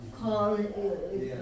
call